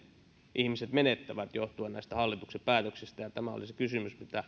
ihmiset menettävät johtuen näistä hallituksen päätöksistä tämä oli se kysymys mitä